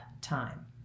time